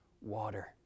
water